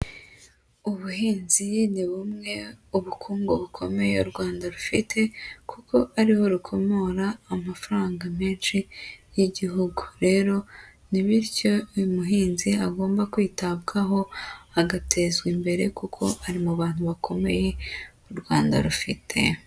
Ubuhinzi ni bumwe ubukungu bukomeye u Rwanda rufite, kuko ariho rukomora amafaranga menshi y'igihugu, rero ni bityo uyu muhinzi agomba kwitabwaho agatezwa imbere, kuko ari mu bantu bakomeye u Rwanda rufite.